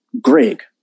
Greg